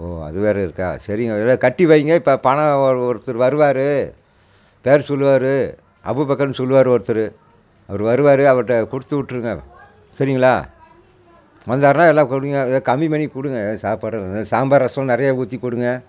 ஓ அதுவேறு இருக்கா சரிங்க ஏதோ கட்டி வைங்க இப்போ பணம் ஒரு ஒருத்தரு வருவாரு பேயர் சொல்லுவாரு அபுபக்கர்னு சொல்லுவாரு ஒருத்தரு அவர் வருவாரு அவர்கிட்ட கொடுத்து விட்ருங்க சரிங்களா வந்தாருன்னா எல்லாம் கொடுங்க எதாது கம்மி பண்ணி கொடுங்க எதாவது சாப்பாடு சாம்பார் ரசம் நிறையா ஊற்றி கொடுங்க